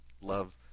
love